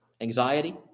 anxiety